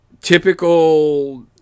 Typical